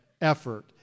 effort